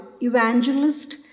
evangelist